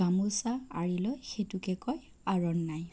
গামোছা আৰি লয় সেইটোকে কয় আৰ'নাই